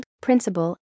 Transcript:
principle